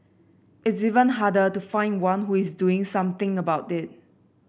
it's even harder to find one who is doing something about it